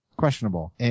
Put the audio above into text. questionable